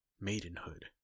maidenhood